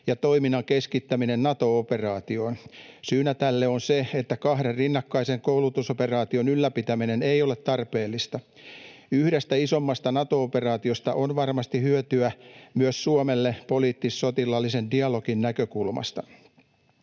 ja toiminnan keskittäminen Nato-operaatioon. Syynä tähän on se, että kahden rinnakkaisen koulutusoperaation ylläpitäminen ei ole tarpeellista. Yhdestä isommasta Nato-operaatiosta on varmasti hyötyä myös Suomelle poliittis-sotilaallisen dialogin näkökulmasta.